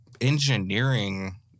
engineering